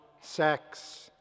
sex